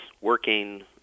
working